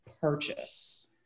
purchase